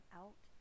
out